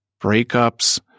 breakups